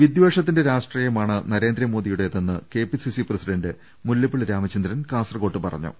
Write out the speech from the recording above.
വിദ്ധേഷത്തിന്റെ രാഷ്ട്രീയമാണ് നരേന്ദ്രമോദിയുടേതെന്ന് KPCC president Mullappally Ramachandran കാസർകോട്ട് പറഞ്ഞു